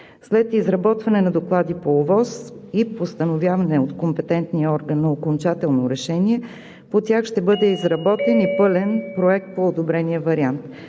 След изработване на доклади по ОВОС и постановяване от компетентния орган на окончателно решение по тях ще бъде изработен и пълен проект по одобрения вариант.